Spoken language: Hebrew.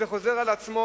גם מי שמגיש חוזר על עצמו,